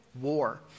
war